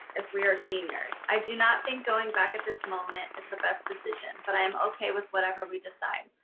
if we are seniors. i do not think going back at this moment is the best decision, but i'm okay with whatever we decide.